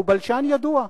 הוא בלשן ידוע.